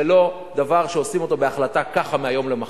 זה לא דבר שעושים אותו בהחלטה ככה, מהיום למחר.